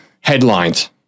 headlines